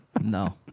No